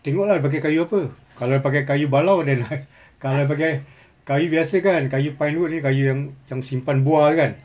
tengok lah dia pakai kayu apa kalau dia pakai kayu balau then I kalau dia pakai kayu biasa kan kayu pine wood ni kayu yang yang simpan buah kan